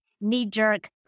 knee-jerk